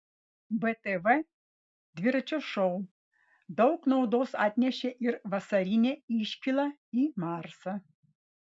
btv dviračio šou daug naudos atnešė ir vasarinė iškyla į marsą